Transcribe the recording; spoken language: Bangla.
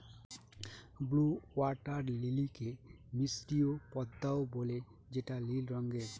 ব্লউ ওয়াটার লিলিকে মিসরীয় পদ্মাও বলে যেটা নীল রঙের